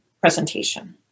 presentation